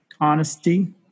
Honesty